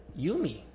Yumi